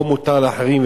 פה מותר להחרים,